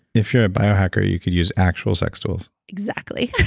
if you're a bio-hacker you can use actual sex tools. exactly.